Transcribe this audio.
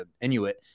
inuit